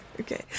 Okay